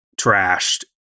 trashed